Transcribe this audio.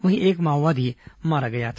वहीं एक माओवादी मारा गया था